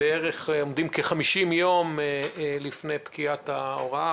עומדים כ-50 יום לפני פקיעת ההוראה.